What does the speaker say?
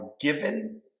given